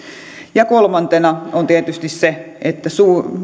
ja kolmantena on tietysti se että suuret